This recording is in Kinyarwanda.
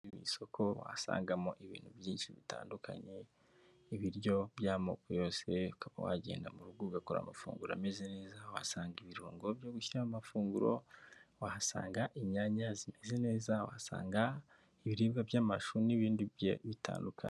Ni isoko wasangamo ibintu byinshi bitandukanye, ibiryo by'amoko yose, ukaba wagenda mu rugo ugakora amafunguro ameze neza, wasanga ibirungo byo gushyira amafunguro, wahasanga inyanya zimeze neza, wahasanga ibiribwa by'amashu n'ibindi bigiye bitandukanye.